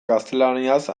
gaztelaniaz